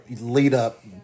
lead-up